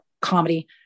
Comedy